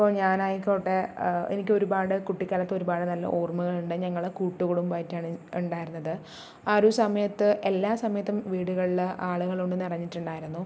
ഇപ്പോൾ ഞാൻ ആയിക്കോട്ടെ എനിക്ക് ഒരുപാട് കുട്ടിക്കാലത്ത് ഒരുപാട് നല്ല ഓർമ്മകളുണ്ട് ഞങ്ങൾ കൂട്ടുകുടുംബമായിട്ടാണ് ഉണ്ടായിരുന്നത് ആ ഒരു സമയത്ത് എല്ലാ സമയത്തും വീടുകളിൽ ആളുകൾ കൊണ്ട് നിറഞ്ഞിട്ടുണ്ടായിരുന്നു